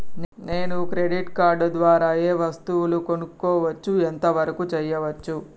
నేను credit card ద్వారా ఏం వస్తువులు కొనుక్కోవచ్చు ఎంత వరకు చేయవచ్చు?